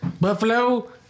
buffalo